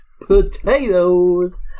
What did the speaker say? Potatoes